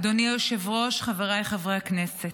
אדוני היושב-ראש, חבריי חברי הכנסת,